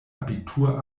abitur